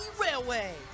Railway